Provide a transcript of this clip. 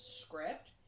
script